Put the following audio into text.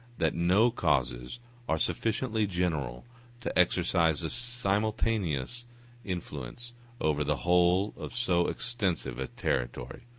that no causes are sufficiently general to exercise a simultaneous influence over the whole of so extensive a territory.